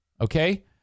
Okay